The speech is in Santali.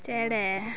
ᱪᱮᱬᱮ